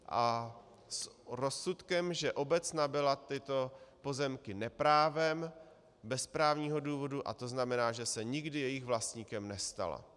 A s rozsudkem, že obec nabyla tyto pozemky neprávem, bez právního důvodu, a to znamená, že se nikdy jejich vlastníkem nestala.